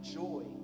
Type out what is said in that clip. joy